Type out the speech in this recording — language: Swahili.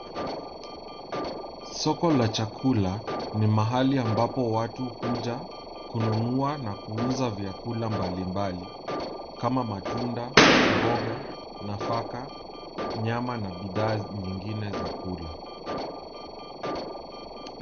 Soko la chakula ni mahali ambapo watu huja kununua na kuuza vyakula mbalimbali kama, matunda, mboga nafaka, nyama na bidhaa zingine za kula.